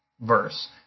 verse